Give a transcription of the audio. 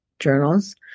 Journals